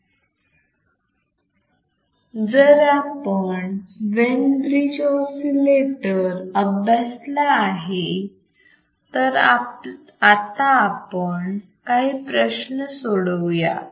जर इथे आपण वेन ब्रिज ऑसिलेटर अभ्यासला आहे तर आता आपण काही प्रश्न सोडवू यात